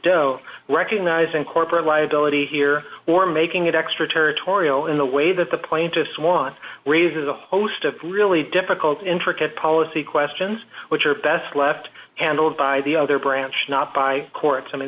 does recognizing corporate liability here or making it extra territorial in the way that the plaintiffs want raises a host of really difficult intricate policy questions which are best left handled by the other branch not by courts i mean